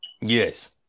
Yes